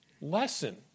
lesson